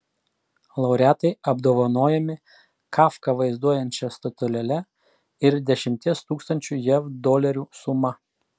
laureatai apdovanojami kafką vaizduojančia statulėle ir dešimties tūkstančių jav dolerių suma